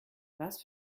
was